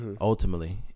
ultimately